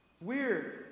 weird